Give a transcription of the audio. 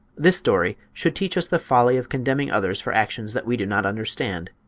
this story should teach us the folly of condemning others for actions that we do not understand,